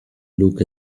look